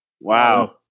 Wow